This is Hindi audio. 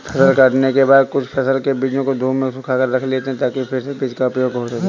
फसल काटने के बाद कुछ फसल के बीजों को धूप में सुखाकर रख लेते हैं ताकि फिर से बीज का उपयोग हो सकें